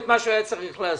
מה שהוא היה צריך לעשות?